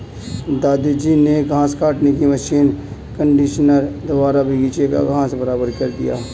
दादाजी ने घास काटने की मशीन कंडीशनर द्वारा बगीची का घास बराबर कर दिया